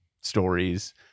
stories